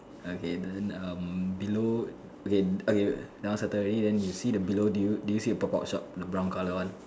okay then um below okay okay the one settle already then you see the below do you do you see a pop up shop the brown colour one